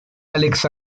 alex